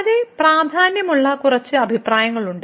വളരെ പ്രാധാന്യമുള്ള കുറച്ച് അഭിപ്രായങ്ങളുണ്ട്